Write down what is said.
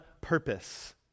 purpose